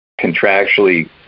contractually